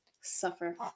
suffer